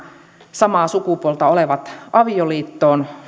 samaa sukupuolta olevat avioliittoon